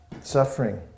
suffering